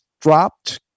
dropped